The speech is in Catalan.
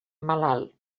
malalt